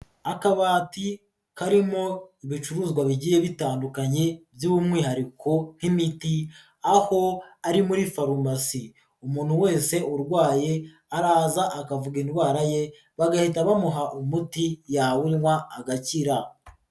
akabati karimo ibicuruzwa bigiye bitandukanye by'umwihariko nk'imiti, aho ari muri farumasi umuntu wese urwaye araza akavuga indwara ye, bagahita bamuha umuti yawunwa agakira.